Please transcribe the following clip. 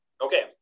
Okay